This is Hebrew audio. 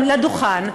לדוכן,